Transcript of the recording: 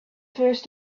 first